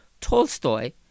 Tolstoy